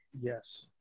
Yes